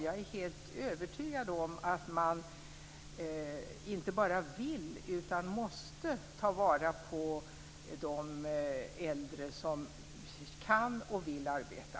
Jag är helt övertygad om att man inte bara vill utan också måste ta vara på de äldre som kan och vill arbeta.